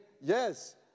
yes